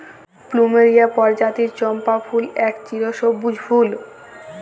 plumeria পরজাতির চম্পা ফুল এক চিরসব্যুজ ফুল